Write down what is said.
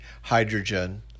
hydrogen